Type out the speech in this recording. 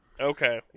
Okay